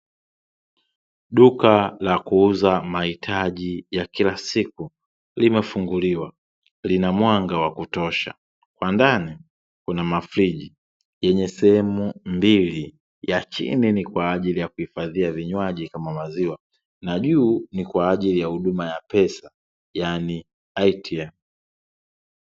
Duka la kuuza mahitaji ya kila siku limefunguliwa; lina mwanga wakutosha. Bandani kuna mafriji yenye sehemu mbili, ya chini ni kwa ajili ya kuhifadhia vinywaji kama maziwa, na juu ni kwa ajili ya huduma ya pesa, yaani ATM.